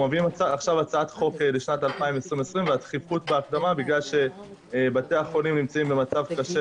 עכשיו הצעת חוק לשנת 2020 בגלל שבתי החולים במצב קשה